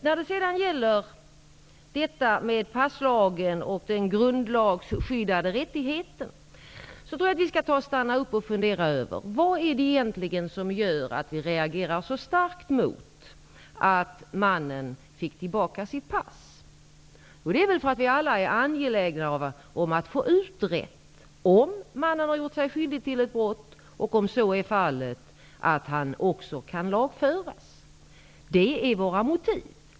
När det sedan gäller passlagen och den grundlagsskyddade rättigheten, tror jag att vi skall stanna upp och fundera över vad det egentligen är som gör att vi reagerar så starkt mot att mannen fick tillbaka sitt pass. Det är väl därför att vi alla är angelägna om att rätt kunna utröna om mannen har gjort sig skyldig till ett brott och, om så är fallet, att han också kan lagföras. Det är våra motiv.